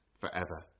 forever